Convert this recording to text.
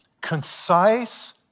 concise